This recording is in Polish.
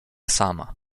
sama